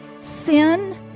sin